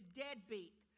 deadbeat